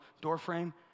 doorframe